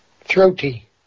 Throaty